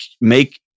make